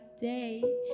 day